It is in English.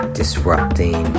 disrupting